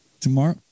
Tomorrow